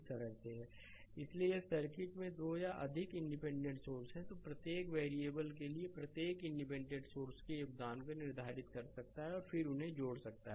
slide समय देखें 1044 इसलिए यदि सर्किट में 2 या अधिक इंडिपेंडेंट सोर्स हैं तो प्रत्येक वेरिएबल के लिए प्रत्येक इंडिपेंडेंट सोर्स के योगदान को निर्धारित कर सकता है और फिर उन्हें जोड़ सकता है